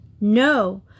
No